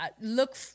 look